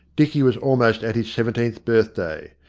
dicky was almost at his seventeenth birthday.